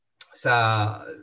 sa